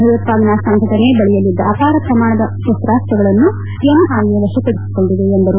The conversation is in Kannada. ಭಯೋತ್ವಾದನಾ ಸಂಘಟನೆ ಬಳಿಯಲ್ಲಿದ್ದ ಅಪಾರ ಪ್ರಮಾಣದ ಸಶಾಸ್ತಗಳನ್ನು ಎನ್ಐಎ ವಶಪಡಿಸಿಕೊಂಡಿದೆ ಎಂದರು